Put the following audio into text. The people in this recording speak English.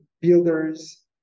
builders